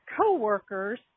co-workers